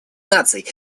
наций